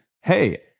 hey